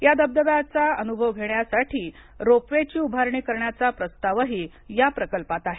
या धबधब्याचा अनुभव घेण्यासाठी रोप वेची उभारणी करण्याचाही प्रस्तावही या प्रकल्पांत आहे